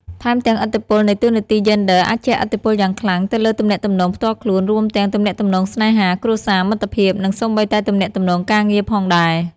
ថែមទាំងឥទ្ធិពលនៃតួនាទីយេនឌ័រអាចជះឥទ្ធិពលយ៉ាងខ្លាំងទៅលើទំនាក់ទំនងផ្ទាល់ខ្លួន រួមទាំងទំនាក់ទំនងស្នេហា គ្រួសារ មិត្តភាព និងសូម្បីតែទំនាក់ទំនងការងារផងដែរ។